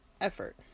effort